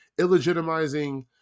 illegitimizing